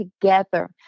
together